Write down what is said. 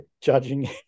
judging